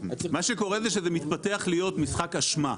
מה שקורה זה שזה מתפתח להיות משחק אשמה.